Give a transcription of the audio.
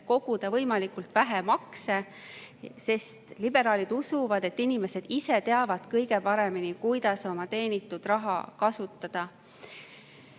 võimalikult vähe makse. Liberaalid usuvad, et inimesed ise teavad kõige paremini, kuidas oma teenitud raha kasutada.Me